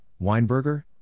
Weinberger